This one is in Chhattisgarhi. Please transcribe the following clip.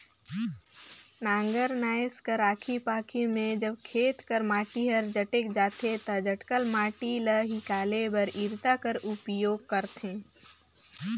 नांगर नाएस कर आखी पाखी मे जब खेत कर माटी हर जटेक जाथे ता जटकल माटी ल हिकाले बर इरता कर उपियोग करथे